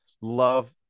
love